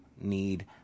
need